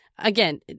Again